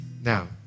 Now